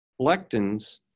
lectins